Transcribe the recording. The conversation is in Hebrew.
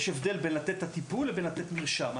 יש הבדל בין לתת את הטיפול לבין לתת מרשם.